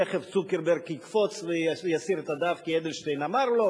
תיכף צוקרברג יקפוץ ויסיר את הדף כי אדלשטיין אמר לו,